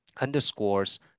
underscores